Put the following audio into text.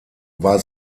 war